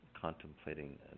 contemplating